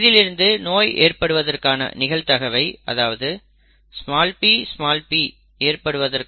இதிலிருந்து நோய் ஏற்படுவதற்கான நிகழ்தகவை அதாவது pp ஏற்படுவதற்கான நிகழ்தகவை 14